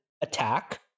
attack